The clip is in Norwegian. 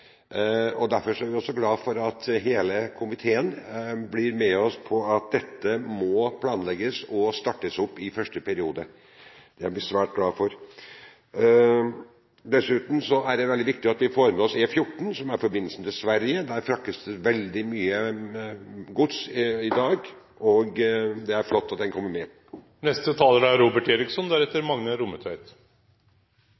dette. Derfor er vi glad for at hele komiteen støtter oss i at dette må planlegges og bli startet opp i første periode. Det er vi svært glad for. Dessuten er det veldig viktig at vi får med oss E14, som er forbindelsen til Sverige. Der fraktes det veldig mye gods i dag, og det er flott at den kommer med. La meg aller først få skryte av regjeringen og samferdselsministeren på ett område: Det er